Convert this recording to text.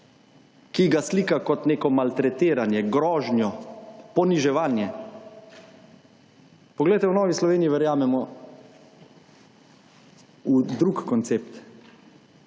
ki ga slika kot neko maltretiranje, grožnjo, poniževanje. Poglejte, v Novi Sloveniji verjamemo v drug koncept.